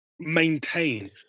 maintain